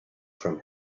from